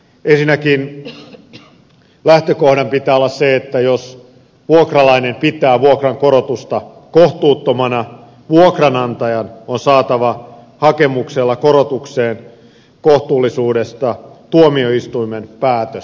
ensinnäkin lähtökohdan pitää olla se että jos vuokralainen pitää vuokrankorotusta kohtuuttomana vuokranantajan on saatava hakemuksella korotukseen kohtuullisuudesta tuomioistuimen päätös